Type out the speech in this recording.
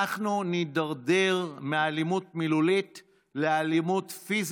אנחנו נידרדר מאלימות מילולית לאלימות פיזית,